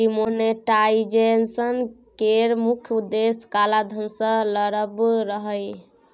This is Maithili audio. डिमोनेटाईजेशन केर मुख्य उद्देश्य काला धन सँ लड़ब रहय